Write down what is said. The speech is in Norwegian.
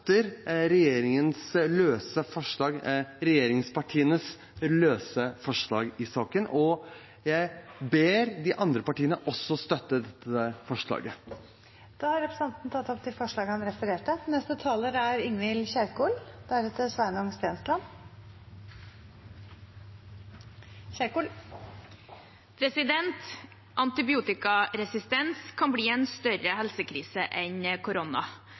regjeringspartienes løse forslag i saken. Jeg ber de andre partiene også støtte disse forslagene. Representanten Nicholas Wilkinson har tatt opp de forslagene han refererte